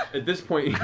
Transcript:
at this point